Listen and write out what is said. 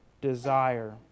desire